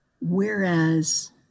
Whereas